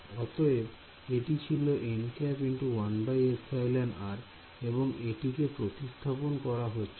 অতএব এটি ছিল nˆ × 1εr এবং এটিকে প্রতিস্থাপন করা হচ্ছিল